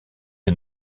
est